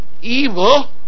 evil